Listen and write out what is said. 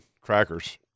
crackers